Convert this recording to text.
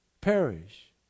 perish